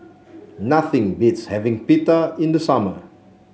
nothing beats having Pita in the summer